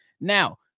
Now